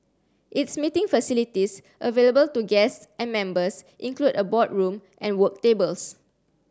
its meeting facilities available to guests and members include a boardroom and work tables